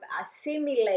assimilate